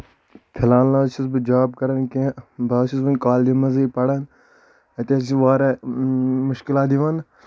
فی الحال نہ حظ چھُس نہٕ بہٕ جاب کران کیٚنٛہہ بہٕ حظ چھُس وُنہِ کالیجہِ منٛزٕے پران اَتہِ حظ چھِ واریاہ مُشکِلات یِوان